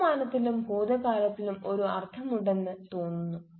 വർത്തമാനത്തിനും ഭൂതകാലത്തിനും ഒരു അർത്ഥമുണ്ടെന്ന് തോന്നുന്നു